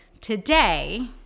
Today